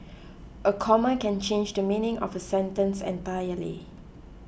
a comma can change the meaning of a sentence entirely